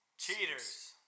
Cheaters